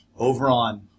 Overon